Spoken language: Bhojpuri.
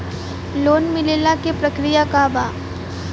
लोन मिलेला के प्रक्रिया का बा?